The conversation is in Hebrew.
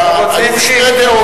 לסגת, היו שתי דעות.